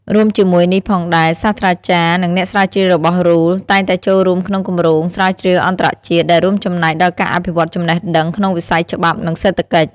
រួមជាមួយនេះផងដែរ សាស្ត្រាចារ្យ និងអ្នកស្រាវជ្រាវរបស់ RULE តែងតែចូលរួមក្នុងគម្រោងស្រាវជ្រាវអន្តរជាតិ ដែលរួមចំណែកដល់ការអភិវឌ្ឍន៍ចំណេះដឹងក្នុងវិស័យច្បាប់ និងសេដ្ឋកិច្ច។